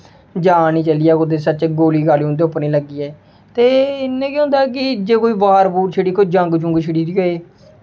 जान निं चली जा सच्चें गोली गााली उं'दे उप्पर निं लग्गी जाए ते इ'यां गै होंदा ऐ कि जे कुदै वॉर बूर छिड़ी जंग जुंग छिड़ी दी होऐ